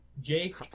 Jake